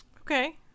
Okay